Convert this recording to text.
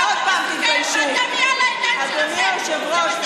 אתם מסיתים וזה